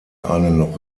einen